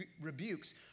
rebukes